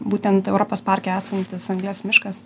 būtent europos parke esantis anglies miškas